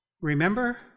Remember